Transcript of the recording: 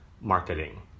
marketing